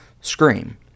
Scream